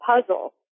puzzle